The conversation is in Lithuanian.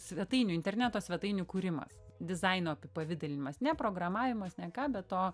svetainių interneto svetainių kūrimas dizaino apipavidalinimas ne programavimas ne ką bet to